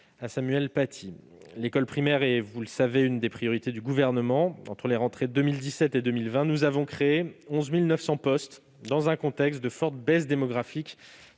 à Samuel Paty. L'école primaire est, vous le savez, une des priorités du Gouvernement. Entre les rentrées 2017 et 2020, nous avons créé 11 900 postes dans un contexte de forte baisse démographique